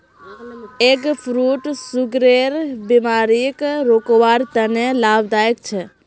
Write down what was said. egg fruit सुगरेर बिमारीक रोकवार तने लाभदायक छे